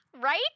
right